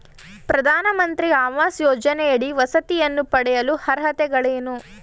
ಪ್ರಧಾನಮಂತ್ರಿ ಆವಾಸ್ ಯೋಜನೆಯಡಿ ವಸತಿಯನ್ನು ಪಡೆಯಲು ಅರ್ಹತೆಗಳೇನು?